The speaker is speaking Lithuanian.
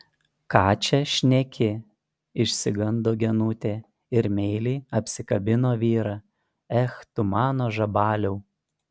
ką čia šneki išsigando genutė ir meiliai apsikabino vyrą ech tu mano žabaliau